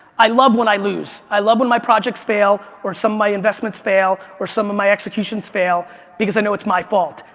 i love when i lose, i love when my projects fail, or some of my investments fail, or some of my executions fail because i know it's my fault.